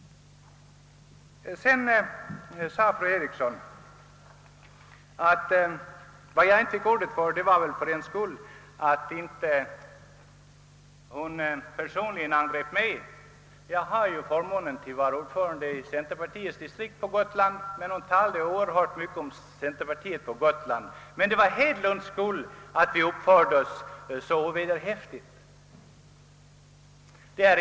Fru Eriksson angrep inte mig personligen. Jag har förmånen att vara ordförande i centerpartiets distrikt på Gotland. Fru Eriksson talade oerhört mycket om centerpartiet på Gotland och sade att det var herr Hedlunds skuld att vi uppförde oss ovederhäftigt där.